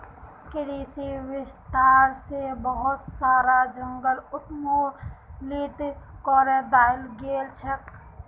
कृषि विस्तार स बहुत सारा जंगल उन्मूलित करे दयाल गेल छेक